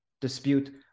dispute